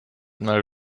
mal